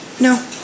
no